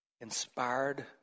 Inspired